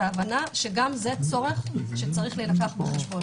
גם זה צורך שצריך להילקח בחשבון.